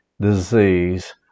disease